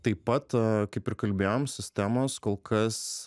taip pat kaip ir kalbėjom sistemos kol kas